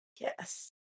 yes